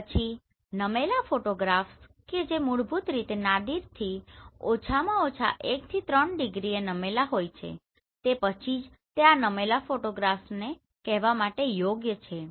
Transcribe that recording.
પછી નમેલા ફોટોગ્રાફ કે જે મૂળરૂપે નાદિરથી ઓછામાં ઓછા 1 થી 3 ડિગ્રીએ નમેલા હોઈ છે તે પછી જ તે આ નમેલા ફોટોગ્રાફ્સ કહેવા માટે યોગ્ય છે